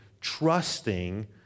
trusting